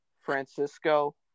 Francisco